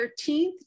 13th